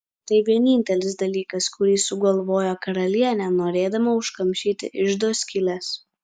tai vienintelis dalykas kurį sugalvojo karalienė norėdama užkamšyti iždo skyles